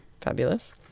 Fabulous